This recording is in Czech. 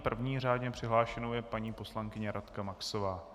První řádně přihlášenou je paní poslankyně Radka Maxová.